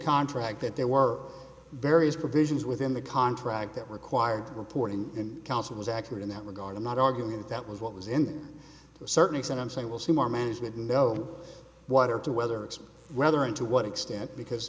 contract that there were various provisions within the contract that required reporting and counsel was accurate in that regard i'm not arguing that that was what was in a certain extent and so i will see more management no water to whether it's rather and to what extent because